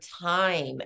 time